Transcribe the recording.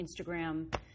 Instagram